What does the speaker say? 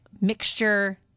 mixture